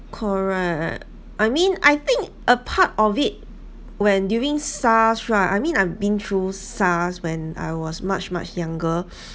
correct I mean I think a part of it when during SARS right I mean I've been through SARS when I was much much younger